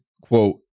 quote